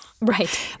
Right